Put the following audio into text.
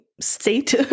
state